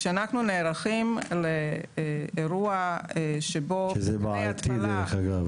כשאנחנו נערכים לאירוע שבו מי התפלה --- שזה בעייתי דרך אגב,